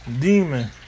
demon